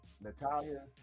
natalia